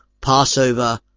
Passover